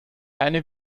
eine